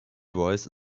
voice